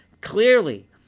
Clearly